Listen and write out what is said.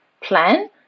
plan